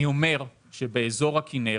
אני אומר שבאזור הכנרת,